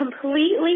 completely